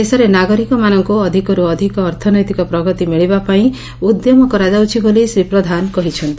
ଦେଶରେ ନାଗରିକମାନଙ୍କୁ ଅଧିକରୁ ଅଧିକ ଅର୍ଥନୈତିକ ପ୍ରଗତି ମିଳିବା ପାଇଁ ଉଦ୍ୟମ କରାଯାଉଛି ବୋଲି ଶ୍ରୀ ପ୍ରଧାନ କହିଛନ୍ତି